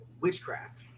witchcraft